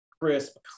crisp